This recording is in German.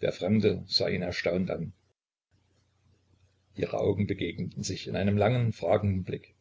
der fremde sah ihn erstaunt an ihre augen begegneten sich in einem langen fragenden blick